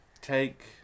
take